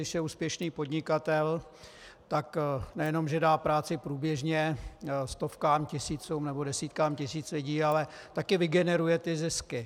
Tady vidíte, že když je úspěšný podnikatel, tak nejenom že dá práci průběžně stovkám, tisícům nebo desítkám tisíc lidí, ale taky vygeneruje ty zisky.